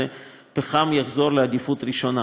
פחם יחזור לעדיפות ראשונה,